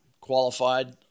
qualified